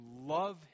love